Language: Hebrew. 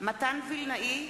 מתן וילנאי,